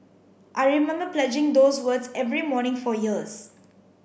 I remember pledging those words every morning for years